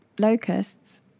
Locusts